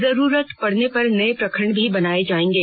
जरुरत पड़ने पर नए प्रखंड भी बनाये जाएंगे